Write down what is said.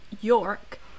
York